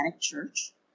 church